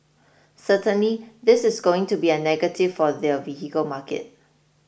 certainly this is going to be a negative for their vehicle market